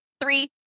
three